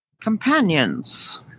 companions